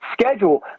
schedule